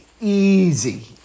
easy